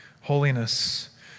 Holiness